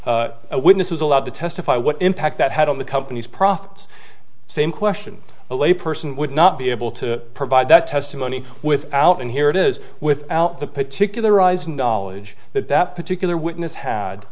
publications witnesses allowed to testify what impact that had on the company's profits same question a lay person would not be able to provide that testimony without and here it is without the particularized knowledge that that particular witness had